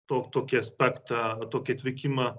to tokį aspektą tokį atvykimą